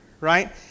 right